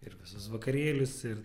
ir visus vakarėlius ir